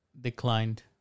declined